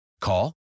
Call